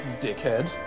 dickhead